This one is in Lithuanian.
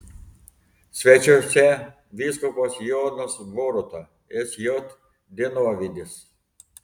svečiuose vyskupas jonas boruta sj dienovidis